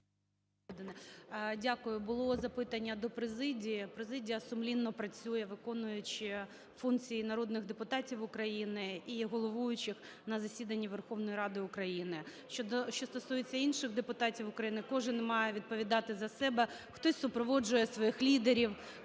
Дякую. Було запитання до президії. Президія сумлінно працює, виконуючи функції народних депутатів України і головуючих на засіданні Верховної Ради України. Що стосується інших депутатів України, кожен має відповідати за себе. Хтось супроводжує своїх лідерів,